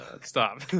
stop